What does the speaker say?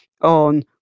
on